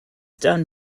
done